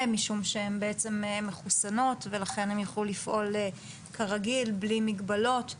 משום שהן מחוסנות ולכן הם יוכלו לפעול כרגיל בלי מגבלות,